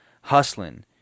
hustling